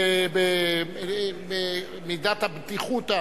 במידת הבדיחותא?